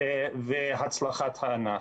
והצלחת הענף.